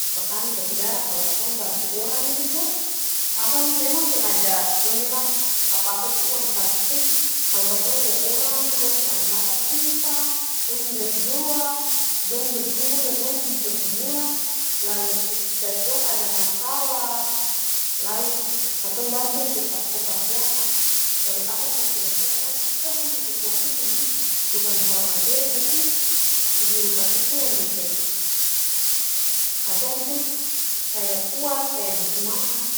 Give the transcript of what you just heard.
Bapa kami basudara kalu katong bantu orang itu to, akang memang seng ada dong bilang apa-apa tu uang, tapi seng kalu katong lia orang dong pung aer mata tumpa, dong berdoa, dong bergumul deng dong pung pergumulan, lalu ketika dong ada masala, lalu katong bantu untuk advokasi akang, lalu akang terselesaikan, itu akang pung kepuasan sandiri, bukan soal materi tapi kehidupan itu yang biking katong tuh kaya ku-kuat, kaya bersemangat.